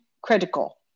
critical